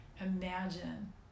imagine